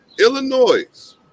Illinois